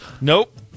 Nope